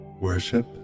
Worship